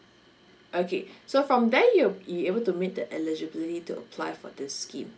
okay so from there you'll you'll be able to meet the eligibility to apply for this scheme